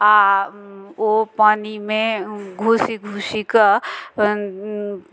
आ ओ पानिमे घुसि घुसि कऽ अपन